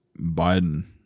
Biden